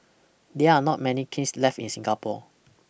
there are not many kilns left in Singapore